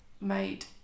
made